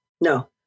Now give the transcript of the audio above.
No